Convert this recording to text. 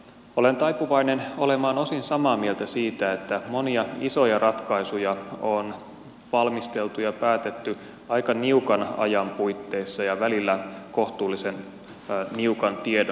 olen taipuvainen olemaan osin samaa mieltä siitä että monia isoja ratkaisuja on valmisteltu ja päätetty aika niukan ajan puitteissa ja välillä kohtuullisen niukan tiedon varassa